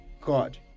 god